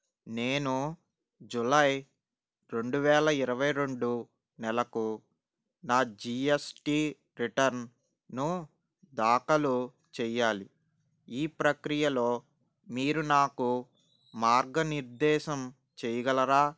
నేను జూలై రెండు వేల ఇరవై రెండు నెలకు నా జీ ఎస్ టీ రిటర్న్ను దాఖలు చెయ్యాలి ఈ ప్రక్రియలో మీరు నాకు మార్గనిర్దేశం చేయగలరా